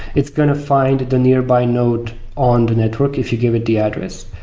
it's going to find the nearby node on the network if you give it the address.